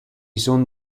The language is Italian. son